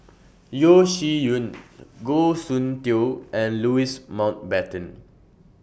Yeo Shih Yun Goh Soon Tioe and Louis Mountbatten